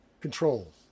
Control